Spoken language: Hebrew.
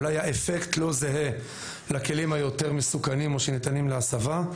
אולי האפקט לא זהה לכלים היותר מסוכנים או שניתנים להסבה,